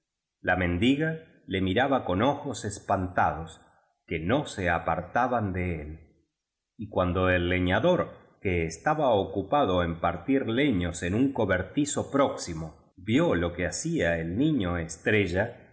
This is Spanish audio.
la mendiga le miraba con ojos espantados que no se apartaban de él y cuando el leñador que estaba ocupado en partir le ños en un cobertizo próximo vió lo que hacía el